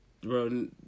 bro